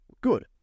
good